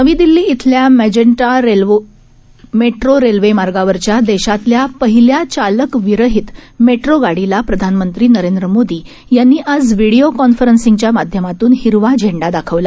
नवीदिल्लीइथल्यामॅजेंटामेट्रोरेल्वेमार्गावरच्यादेशातल्यापहिल्याचालकविरहितमेट्रोगाडीलाप्रधानमंत्रीनरेंद्र मोदीयांनीआजव्हिडीओकॉन्फेरेंसिंगच्यामाध्यमातूनहिरवाझेंडादाखवला